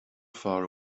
far